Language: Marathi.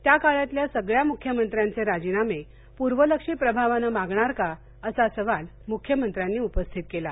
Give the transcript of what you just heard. त्या काळातल्या सगळ्या मुख्यमंत्र्यांचे राजीनामे पूर्वलक्षी प्रभावानं मागणार का असा सवाल मुख्यमंत्र्यांनी उपस्थित केला